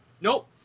Nope